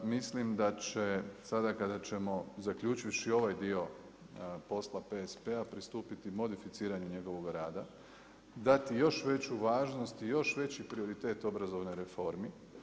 Mislim da će sada kada ćemo zaključivši ovaj dio posla PSP-a pristupiti modificiranju njegovog rada dati još veću važnost i još veći prioritet obrazovnoj reformi.